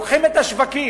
לוקחים את השווקים,